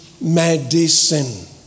medicine